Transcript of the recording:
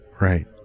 right